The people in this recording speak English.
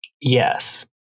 Yes